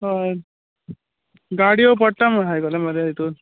हय गाडयो पडटा म्हणून आयकला मरे हितून